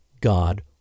God